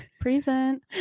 Present